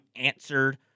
answered